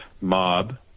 mob